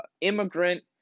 immigrant